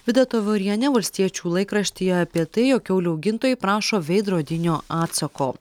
vida tavorienė valstiečių laikraštyje apie tai jog kiaulių augintojai prašo veidrodinio atsako